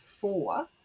four